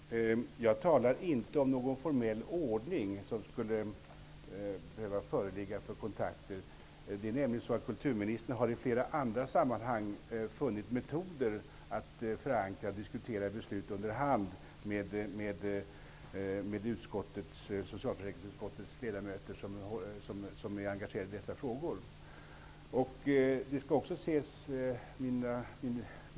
Herr talman! Jag talar inte om någon formell ordning som skulle behöva föreligga för att man skulle ta kontakt. Kulturministern har i flera andra sammanhang funnit metoder för att förankra och diskutera beslut under hand med de av socialförsäkringsutskottets ledamöter som är engagerade i dessa frågor.